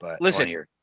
Listen